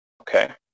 Okay